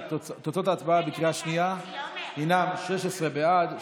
תוצאות ההצבעה בקריאה שנייה הינן: 16 בעד,